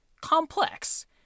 complex